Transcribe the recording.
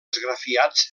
esgrafiats